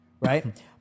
Right